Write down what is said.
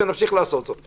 ונמשיך לעשות זאת.